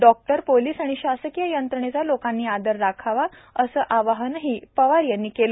doctor police आणि शासकीय यंत्रणेचा लोकांनी आदर राखावा असं आवाहनही पवार यांनी केलं